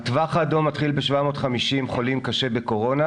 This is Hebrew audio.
הטווח האדום מתחיל ב-750 חולים קשה בקורונה,